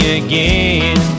again